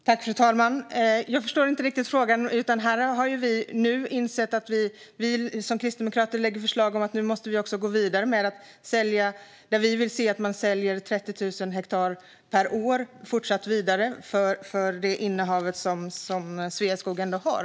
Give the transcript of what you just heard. Fru talman! Jag förstår inte riktigt frågan. Vi kristdemokrater lägger fram förslag om att gå vidare med att sälja. Vi vill att 30 000 hektar per år säljs av det innehav av skogsmark Sveaskog ändå har.